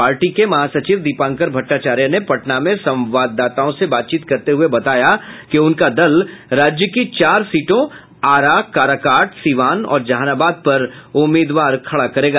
party के महासचिव दीपांकर भट्टाचार्या ने पटना में संवाददाताओं से बातचीत करते हुये बताया कि उनका दल राज्य की चार सीटों आरा काराकाट सिवान और जहानाबाद पर उम्मदीवार खड़ा करेगा